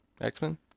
X-Men